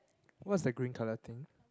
what's the green colour thing